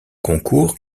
concours